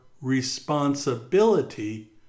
responsibility